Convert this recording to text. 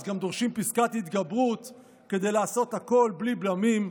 אז גם דורשים פסקת התגברות כדי לעשות הכול בלי בלמים,